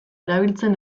erabiltzen